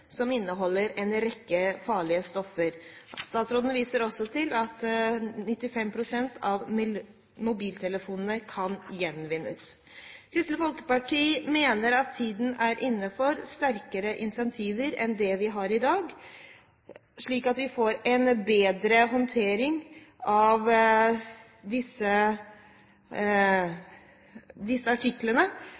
som inneholder en rekke farlige stoffer. Statsråden viser også til at 95 pst. av mobiltelefonene kan gjenvinnes. Kristelig Folkeparti mener at tiden er inne for sterkere incentiver enn det vi har i dag, slik at vi får en bedre håndtering av disse artiklene,